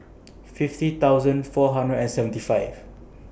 fifty thousand four hundred and seventy five